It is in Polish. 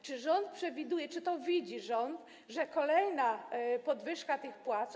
Czy rząd przewiduje, czy rząd widzi, że kolejna podwyżka tych płac.